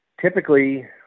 typically